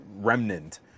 remnant